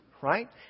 right